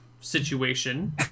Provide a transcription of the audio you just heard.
situation